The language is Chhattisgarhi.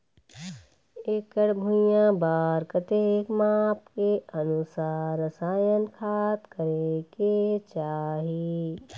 एकड़ भुइयां बार कतेक माप के अनुसार रसायन खाद करें के चाही?